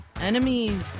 enemies